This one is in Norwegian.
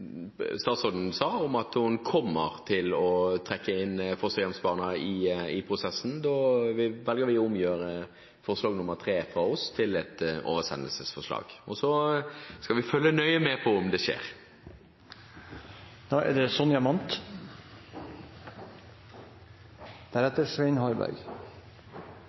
statsråden sa, at hun kommer til å trekke fosterhjemsbarna inn i prosessen, velger vi å gjøre forslag nr. 3, fra SV, om til et oversendelsesforslag. Så skal vi følge nøye med på om det skjer. Representanten Heikki Eidsvoll Holmås har gjort det